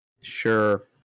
Sure